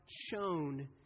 shown